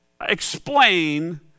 explain